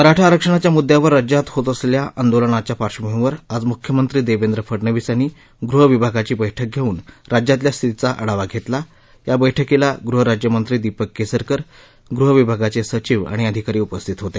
मराठा आरक्षणाच्या मुद्दयावर राज्यात होत असलेल्या आंदोलनाच्या पार्श्वभूमीवर आज मुख्यमंत्री देवेंद्र फडनवीस यांनी गृहविभागाची बैठक घेऊन राज्यातल्या स्थितीचा आढावा घेतला या बैठकीला गृहराज्यमंत्री दीपक केसरकर गृहविभागाचे सचिव आणि अधिकारी उपस्थित होते